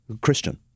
Christian